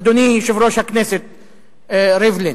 אדוני יושב-ראש הכנסת ריבלין,